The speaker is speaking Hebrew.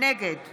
נגד